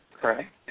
correct